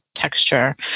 texture